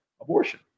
abortion